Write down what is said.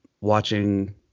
watching